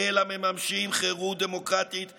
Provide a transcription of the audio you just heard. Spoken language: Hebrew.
אלא מממשים חירות דמוקרטית בסיסית: